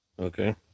okay